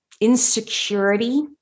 insecurity